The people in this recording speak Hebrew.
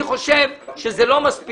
אני חושב שזה לא מספיק.